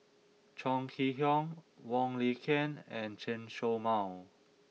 Chong Kee Hiong Wong Lin Ken and Chen Show Mao